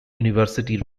university